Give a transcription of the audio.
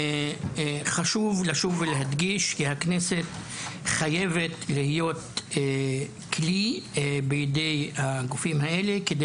חשוב לשוב ולהדגיש שהכנסת חייבת להיות כלי בידי הגופים האלה כדי